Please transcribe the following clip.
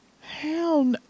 hell